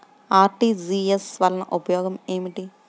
RTGS వలన ఉపయోగం ఏమిటీ?